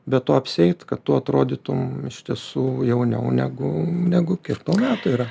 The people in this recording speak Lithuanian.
be to apsieit kad tu atrodytum iš tiesų jauniau negu negu kiek tau metų yra